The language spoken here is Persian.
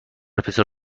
وپسرو